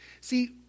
See